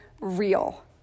real